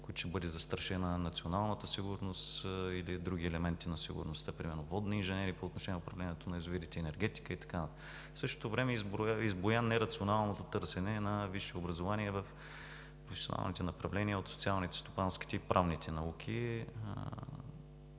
които ще бъде застрашена националната сигурност или други елементи на сигурността, примерно водни инженери по отношение на управлението на язовирите, енергетика и така нататък. В същото време избуя нерационалното търсене на висше образование в професионалните направления от социалните, стопанските и правните науки.